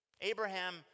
Abraham